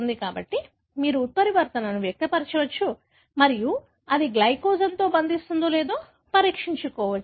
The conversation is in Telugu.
కాబట్టి మీరు ఉత్పరివర్తనను వ్యక్తపరచవచ్చు మరియు అది గ్లైకోజెన్తో బంధిస్తుందో లేదో పరీక్షించవచ్చు